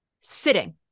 sitting